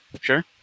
Sure